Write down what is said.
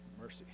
mercy